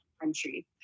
country